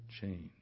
change